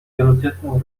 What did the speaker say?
wielodzietnym